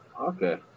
Okay